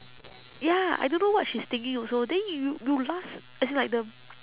ya I don't know what she's thinking also then you you last as in like the